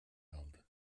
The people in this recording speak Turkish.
aldı